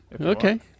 okay